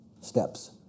steps